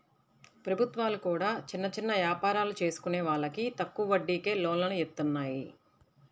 ప్రభుత్వాలు కూడా చిన్న చిన్న యాపారాలు చేసుకునే వాళ్లకి తక్కువ వడ్డీకే లోన్లను ఇత్తన్నాయి